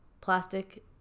plastic